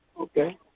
Okay